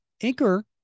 anchor